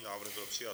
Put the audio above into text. Návrh byl přijat.